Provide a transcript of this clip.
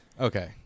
Okay